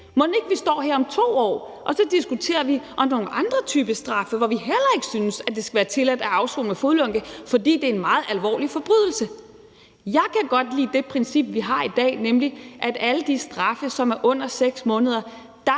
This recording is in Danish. Mon ikke, vi står her om 2 år og diskuterer nogle andre typer straffe, hvor vi heller ikke synes, at det skal være tilladt at afsone med fodlænke, fordi det er en meget alvorlig forbrydelse. Jeg kan godt lide det princip, vi har i dag, nemlig at i forhold til alle de straffe, som er på under 6 måneder,